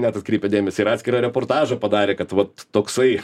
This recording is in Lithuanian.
net atkreipė dėmesį ir atskirą reportažą padarė kad vat toksai